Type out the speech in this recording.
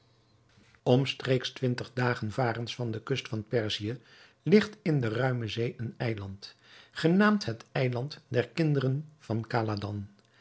omstreeks twintig dagen varens van de kust van perzië ligt in de ruime zee een eiland genaamd het eiland der kinderen van khaladan